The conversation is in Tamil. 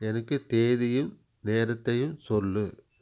எனக்கு தேதியும் நேரத்தையும் சொல்